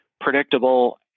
predictable